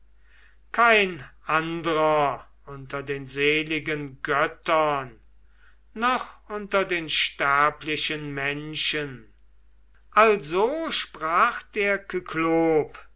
kein andrer unter den seligen göttern noch unter den sterblichen menschen also sprach der